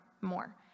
more